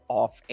off